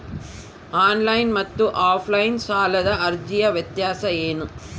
Online ಮತ್ತು offline ಸಾಲದ ಅರ್ಜಿಯ ವ್ಯತ್ಯಾಸ ಏನು?